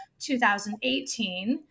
2018